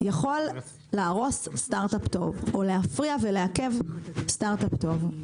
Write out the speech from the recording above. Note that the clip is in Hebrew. יכול להרוס סטארט-אפ או להפריע ולעכב סטארט-אפ טוב,